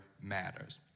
matters